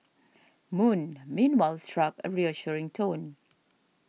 moon meanwhile struck a reassuring tone